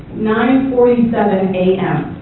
nine forty seven a m.